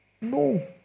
No